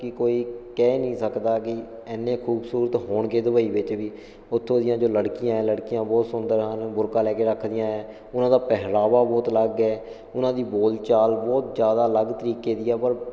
ਕਿ ਕੋਈ ਕਹਿ ਨਹੀਂ ਸਕਦਾ ਕਿ ਇੰਨੇ ਖੂਬਸੂਰਤ ਹੋਣਗੇ ਦੁਬਈ ਵਿੱਚ ਵੀ ਉਥੋਂ ਦੀਆਂ ਜੋ ਲੜਕੀਆਂ ਹੈ ਲੜਕੀਆਂ ਬਹੁਤ ਸੁੰਦਰ ਹਨ ਬੁਰਕਾ ਲੈ ਕੇ ਰੱਖਦੀਆਂ ਹੈ ਉਹਨਾਂ ਦਾ ਪਹਿਰਾਵਾ ਬਹੁਤ ਅਲੱਗ ਹੈ ਉਹਨਾਂ ਦੀ ਬੋਲ ਚਾਲ ਬਹੁਤ ਜ਼ਿਆਦਾ ਅਲੱਗ ਤਰੀਕੇ ਦੀ ਹੈ ਪਰ